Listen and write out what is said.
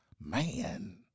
Man